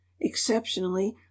exceptionally